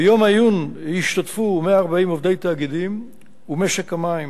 ביום העיון השתתפו 140 עובדי תאגידים ומשק המים